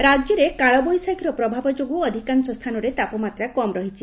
ପାଣିପାଗ ରାଜ୍ୟରେ କାଳବୈଶାଖୀର ପ୍ରଭାବ ଯୋଗୁଁ ଅଧିକାଂଶ ସ୍ଥାନରେ ତାପମାତ୍ରା କମ୍ ରହିଛି